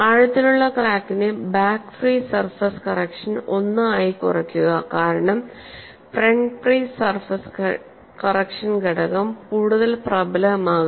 ആഴത്തിലുള്ള ക്രാക്കിന് back free surface correction 1 ആയി കുറയ്ക്കുക കാരണം ഫ്രണ്ട് ഫ്രീ സർഫസ് കറക്ഷൻ ഘടകം കൂടുതൽ പ്രബലമാകും